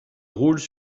roulent